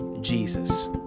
Jesus